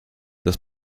dass